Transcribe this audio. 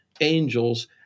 angels